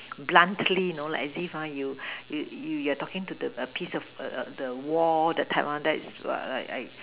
bluntly you know like as if you you you you're talking to the a piece of err the the wall that type one that is like